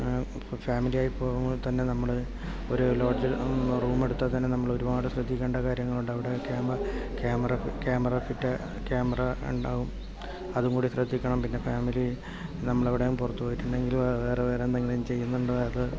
ഇപ്പോൾ ഫാമിലി ആയി പോകുമ്പോള് തന്നെ നമ്മൾ ഒരു ലോഡ്ജിൽ റൂം എടുത്താൽ തന്നെ നമ്മൾ ഒരുപാട് ശ്രദ്ധിക്കേണ്ട കാര്യങ്ങൾ ഉണ്ട് അവിടെ camera camera camera fit camera ഉണ്ടാകും അതും കൂടി ശ്രദ്ധിക്കണം പിന്നെ ഫാമിലി നമ്മളെവിടെയെങ്കിലും പുറത്തു പോയിട്ടുണ്ടെങ്കിൽ വേറെ വേറെ എന്തെങ്കിലും ചെയ്യുന്നുണ്ടോ അത്